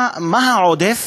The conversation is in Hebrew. מה העודף?